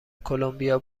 کلمبیا